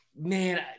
man